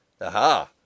Aha